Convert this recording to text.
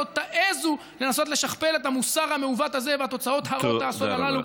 לא תעזו לנסות לשכפל את המוסר המעוות הזה ואת התוצאות הרות האסון הללו,